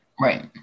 right